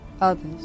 others